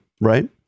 Right